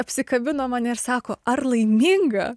apsikabino mane ir sako ar laiminga